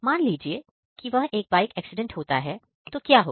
मान लीजिए कि वह एक बाइक एक्सीडेंट होता है तो क्या होगा